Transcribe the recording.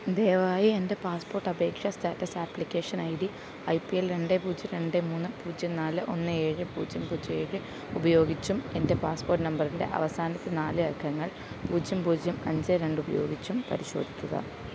ദയവായി എൻ്റെ പാസ്പോർട്ട് അപേക്ഷാ status application I D I P L രണ്ട് പൂജ്യം രണ്ട് മൂന്ന് പൂജ്യം നാല് ഒന്ന് ഏഴ് പൂജ്യം പൂജ്യം ഏഴ് ഉപയോഗിച്ചും എൻ്റെ പാസ്പോർട്ട് നമ്പറിൻ്റെ അവസാനത്തെ നാല് അക്കങ്ങൾ പൂജ്യം പൂജ്യം അഞ്ച് രണ്ട് ഉപയോഗിച്ചും പരിശോധിക്കുക